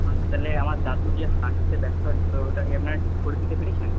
এখন তাহলে আমার দাদুর যে হাঁটুতে ব্যথা হচ্ছিলো ওটা কি আপনারা ঠিক করে দিতে পেরেছেন